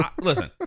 listen